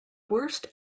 worst